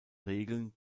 regeln